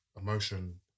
emotion